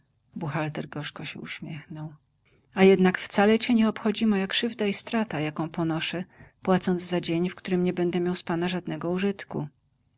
buchalter gorzko się uśmiechnął a jednak wcale cię nie obchodzi moja krzywda i strata jaką ponoszę płacąc za dzień w którym nie będę miał z pana żadnego